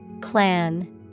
Clan